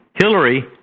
Hillary